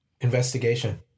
Investigation